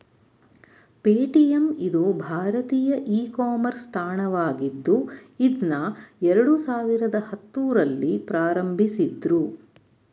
Paytm ಇದು ಭಾರತೀಯ e commerce ತಾಣವಾಗಿದ್ದು ಇದ್ನಾ ಎರಡು ಸಾವಿರದ ಹತ್ತುರಲ್ಲಿ ಪ್ರಾರಂಭಿಸಿದ್ದ್ರು